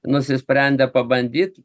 nusisprendę pabandyt